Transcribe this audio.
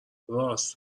رآس